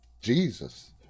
Jesus